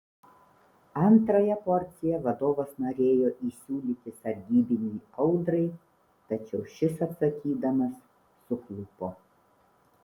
antrąją porciją vadovas norėjo įsiūlyti sargybiniui audrai tačiau šis atsakydamas suklupo